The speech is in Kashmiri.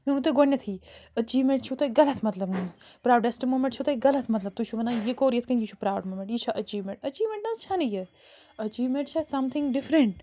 مےٚ ووٚن تۄہہِ گۄڈٕنٮ۪تھٕے أچیٖومٮ۪نٛٹ چھُو تۄہہِ غلط مطلب نیوٗمُت پرٛاوڈٮ۪سٹ موٗمٮ۪نٛٹ چھو تۄہہِ غلط مطلب تُہۍ چھُو وَنان یہِ کوٚر یِتھ کٔنۍ یہِ چھُ پرٛاوُڈ موٗمٮ۪نٛٹ یہِ چھےٚ أچیٖومٮ۪نٛٹ أچیٖومٮ۪نٛٹ نہٕ حظ چھَنہٕ یہِ أچیٖومٮ۪نٛٹ چھےٚ سَمتھِنٛگ ڈِفرنٛٹ